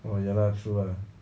oh ya lah true lah